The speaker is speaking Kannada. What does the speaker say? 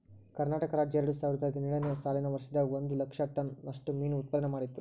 ಕರ್ನಾಟಕ ರಾಜ್ಯ ಎರಡುಸಾವಿರದ ಹದಿನೇಳು ನೇ ಸಾಲಿನ ವರ್ಷದಾಗ ಒಂದ್ ಲಕ್ಷ ಟನ್ ನಷ್ಟ ಮೇನು ಉತ್ಪಾದನೆ ಮಾಡಿತ್ತು